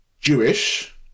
Jewish